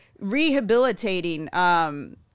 rehabilitating